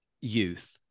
youth